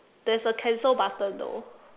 there's a cancel button though